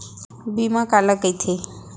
बीमा काला कइथे?